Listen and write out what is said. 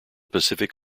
pacific